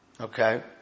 okay